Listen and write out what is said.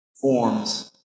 forms